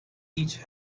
each